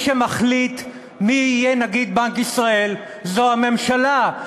שמחליט מי יהיה נגיד בנק ישראל זה הממשלה,